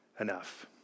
enough